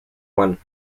juan